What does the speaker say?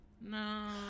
No